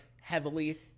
heavily